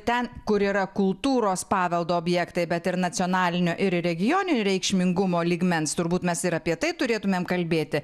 ten kur yra kultūros paveldo objektai bet ir nacionalinio ir regioninio reikšmingumo lygmens turbūt mes ir apie tai turėtumėm kalbėti